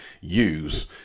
use